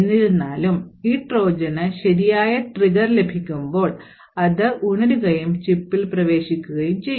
എന്നിരുന്നലും ഈ ട്രോജന് ശരിയായ ട്രിഗർ ലഭിക്കുമ്പോൾ അത് ഉണരുകയും ചിപ്പിൽ പ്രവേശിക്കുകയും ചെയ്യും